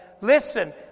listen